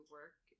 work